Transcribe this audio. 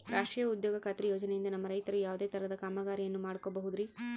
ರಾಷ್ಟ್ರೇಯ ಉದ್ಯೋಗ ಖಾತ್ರಿ ಯೋಜನೆಯಿಂದ ನಮ್ಮ ರೈತರು ಯಾವುದೇ ತರಹದ ಕಾಮಗಾರಿಯನ್ನು ಮಾಡ್ಕೋಬಹುದ್ರಿ?